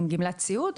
עם גמלת סיעוד,